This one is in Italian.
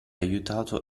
aiutato